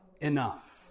enough